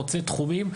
חוצה תחומים,